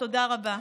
תודה רבה.